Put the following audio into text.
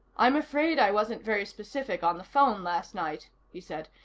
i'm afraid i wasn't very specific on the phone last night, he said.